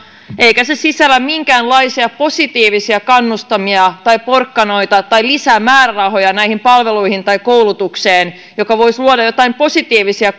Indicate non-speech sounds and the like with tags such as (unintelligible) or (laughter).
eikä se sisällä minkäänlaisia positiivisia kannustimia tai porkkanoita tai lisää määrärahoja näihin palveluihin tai koulutukseen joka voisi luoda joitain positiivisia (unintelligible)